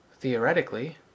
theoretically